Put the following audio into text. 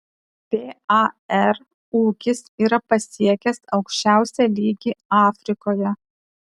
par ūkis yra pasiekęs aukščiausią lygį afrikoje